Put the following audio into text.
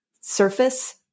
surface